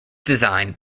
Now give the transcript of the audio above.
designed